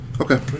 Okay